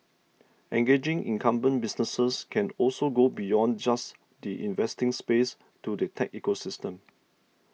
engaging incumbent businesses can also go beyond just the investing space to the tech ecosystem